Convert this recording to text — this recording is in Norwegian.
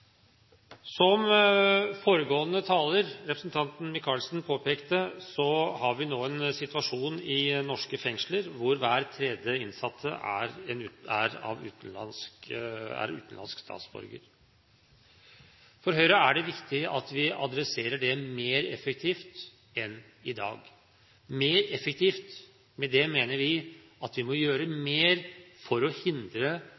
Som foregående taler, representanten Michaelsen, påpekte, har vi nå en situasjon i norske fengsler hvor hver tredje innsatte er utenlandsk statsborger. For Høyre er det viktig at vi adresserer det mer effektivt enn i dag. Med det mener vi at vi må gjøre